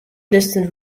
distant